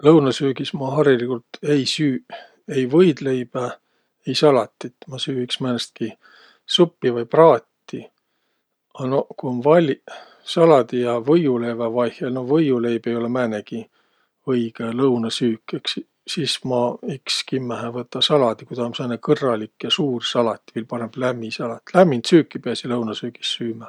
Lõunõsöögis ma hariligult ei süüq ei võidleibä ei salatit. Ma süü iks määnestki suppi vai praati. A noq, ku um valliq saladi ja võiuleevä vaihõl, no võiuleib ei olõq määnegi õigõ lõunõsüük. Sis ma iks kimmähe võta saladi, ku taa um sääne kõrralik ja suur salat, viil parõmb lämmi salat. Lämmind süüki piäsiq lõunõsöögis süümä.